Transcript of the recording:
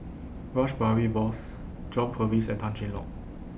Rash Behari Bose John Purvis and Tan Cheng Lock